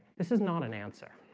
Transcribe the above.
this is not an answer